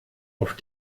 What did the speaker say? auf